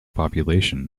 population